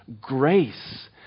grace